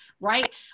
right